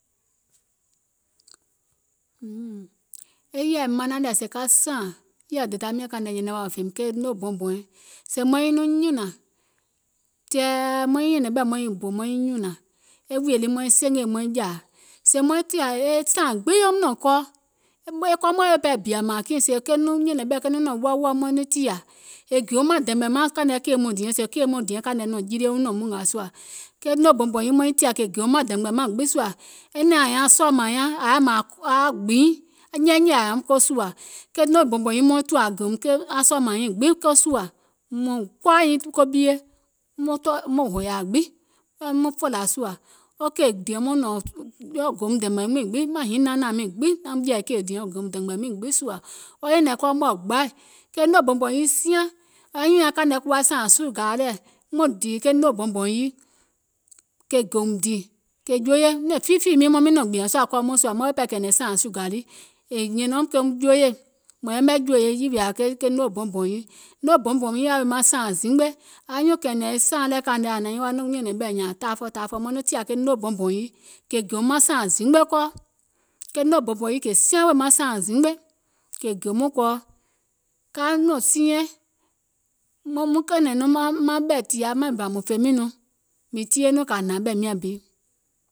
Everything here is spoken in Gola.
E yèɛ manaŋ lɛ̀ sèè ka sáàŋ, e yèɛ kȧìŋ nɛ dèda miɔ̀ŋ nyɛnɛŋ wa lɛ̀ wò fèìm ke noo bɔuŋ bɔ̀ùɛŋ, sèè maiŋ nɔŋ nyùnȧŋ tɛ̀ɛ̀ maiŋ bò maiŋ nyùnȧŋ, e wùìyè lii maiŋ senjè maiŋ jȧȧ, sèè maiŋ tìȧ e sȧaŋ gbiŋ eum nɔ̀ŋ kɔɔ, e kɔɔ mɔ̀ɛ̀ weè ɓɛɛ bìȧ mȧȧŋ kiìŋ, sèè ke nɔŋ nɔ̀ŋ wɔuwɔu maiŋ nɔŋ nyɛ̀nɛ̀ŋ ɓɛ̀ maiŋ nɔŋ tìȧ, è geèum maŋ dɛ̀mgbɛ̀ maŋ kàìŋ nɛ wɔŋ kèe mɔɔ̀ŋ diɛŋ sèè kèe mɔɔ̀ŋ kȧìŋ nɛ nɔ̀ɔ̀ŋ jilie wɔŋ nɔ̀ŋ mùngà sùȧ, ke noo bɔuŋ bɔ̀ùŋ yii maŋ nyiŋ tìȧ kè gèeum maŋ dɛ̀mgbɛ̀ maŋ gbiŋ sùȧ, e nyɛ̀nɛ̀ŋ kɔɔ mɔ̀ɛ̀ gbaì, ke noo bɔuŋ bɔ̀ùŋ yii siaŋ, anyùùŋ nyaŋ kàìŋ nɛ kuwa sȧȧŋ sùgàa lɛ̀ maŋ nɔŋ dìì ke noo bɔuŋ bɔ̀ùŋ yii kè gèùm dìì, kè joye, nɛ̀ŋ fiifìì miiŋ maŋ miŋ nɔ̀ŋ gbìȧŋ sùȧ kɔɔ mɔ̀ɛ̀ sùȧ maŋ weè pɛɛ kɛ̀ɛ̀nɛ̀ŋ sààŋ sùgȧ lii,è nyɛ̀nɛ̀um eum joeyè, mùŋ yɛmɛ̀ jòèye yìwìȧ ke noo bɔuŋ bɔ̀ùŋ yii, ke noo bɔuŋ bɔ̀ùŋ yii yaȧ wèè maŋ sȧaŋ zimgbe, anyuùŋ kɛ̀ɛ̀nɛ̀ŋ e sȧaŋ lɛɛ̀ kȧìŋ nɛ ȧŋ naiŋ wa nɔŋ nyɛ̀nɛ̀ŋ ɓɛ̀ nyȧȧŋ taafɔ̀ taafɔ̀ maŋ nɔŋ tìȧ ke noo bɔuŋ bɔ̀ùŋ yii kè gèùm maŋ sȧaŋ zimgbe kɔɔ, ke noo bɔuŋ bɔ̀ùŋ yii siaŋ wèè maŋ sȧaŋ zimgbe, kè gè muìŋ kɔɔ, ka nɔ̀ŋ siinyɛŋ muŋ kɛ̀ɛ̀nɛ̀ŋ nɔŋ maŋ ɓɛ̀ tìa mɛɛ̀ŋ bà mùŋ fè miìŋ nɔŋ mìŋ tie nɔŋ kȧ hnȧŋ ɓɛ̀ miȧŋ biì,